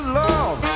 love